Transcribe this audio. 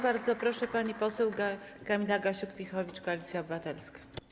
Bardzo proszę, pani poseł Kamila Gasiuk-Pihowicz, Koalicja Obywatelska.